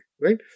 right